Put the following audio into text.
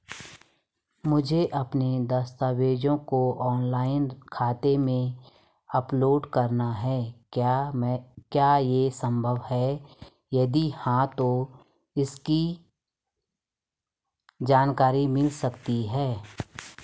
मुझे अपने दस्तावेज़ों को ऑनलाइन खाते में अपलोड करना है क्या ये संभव है यदि हाँ तो इसकी जानकारी मिल सकती है?